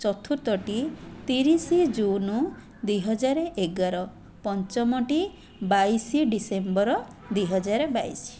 ଚର୍ତୁଥଟି ତିରିଶ ଜୁନ୍ ଦୁଇହଜାର ଏଗାର ପଞ୍ଚମଟି ବାଇଶ ଡିସେମ୍ବର ଦୁଇହଜାର ବାଇଶ